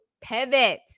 pivot